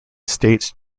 states